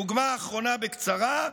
דוגמה אחרונה, בקצרה,